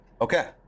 Okay